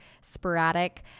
sporadic